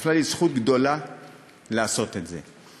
נפלה בחלקי זכות גדולה לעשות את זה.